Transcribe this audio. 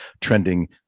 trending